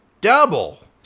double